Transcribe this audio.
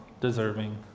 deserving